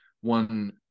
one